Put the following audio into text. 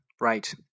right